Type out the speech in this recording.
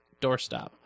doorstop